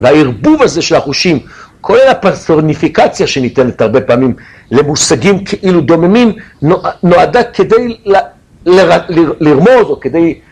והערבוב הזה של החושים, כולל הפרסורניפיקציה שניתנת הרבה פעמים למושגים כאילו דוממים, נועדה כדי לרמוז או כדי...